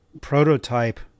prototype